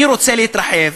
אני רוצה להתרחב,